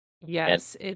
Yes